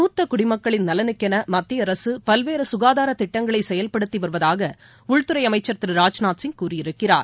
மூத்த குடிமக்களின் நலனுக்கென மத்திய அரசு பல்வேறு சுகாதார திட்டங்களை செயல்படுத்தி வருவதாக மத்திய உள்துறை அமைச்சர் திரு ராஜ்நாத்சிங் கூறியிருக்கிறார்